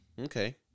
Okay